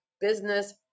business